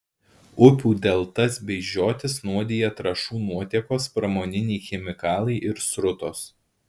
upių deltas bei žiotis nuodija trąšų nuotėkos pramoniniai chemikalai ir srutos